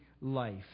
life